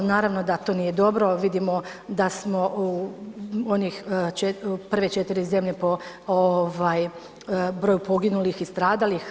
Naravno da to nije dobro, vidimo da smo u onih prve 4. zemlje po broju poginulih i stradalih.